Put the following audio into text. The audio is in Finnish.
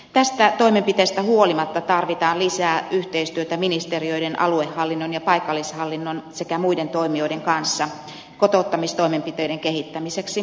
tästä toimenpiteestä huolimatta tarvitaan lisää yhteistyötä ministeriöiden aluehallinnon ja paikallishallinnon sekä muiden toimijoiden kanssa kotouttamistoimenpiteiden kehittämiseksi